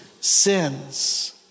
sins